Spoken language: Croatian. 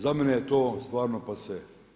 Za mene je to stvarno pase.